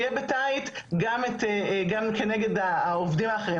גם כנגד העובדים האחרים,